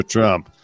Trump